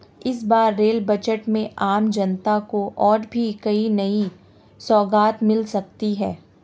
इस बार rail budget में आम जनता को और भी कई नई सौगात मिल सकती हैं